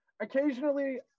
occasionally